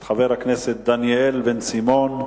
את חבר הכנסת דניאל בן-סימון.